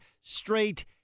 straight